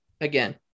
again